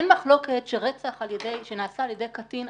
אין מחלוקת שרצח שנעשה על ידי קטין,